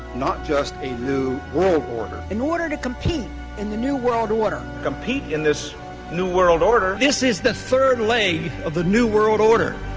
not just a new world order. in order to compete in the new world order. compete in this new world order. this is the third leg of the new world order.